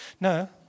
No